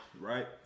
Right